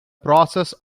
process